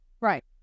Right